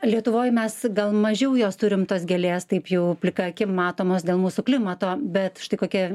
lietuvoj mes gal mažiau jos turim tos gėlės taip jų plika akim matomos dėl mūsų klimato bet štai kokia